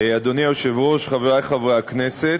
אדוני היושב-ראש, חברי חברי הכנסת,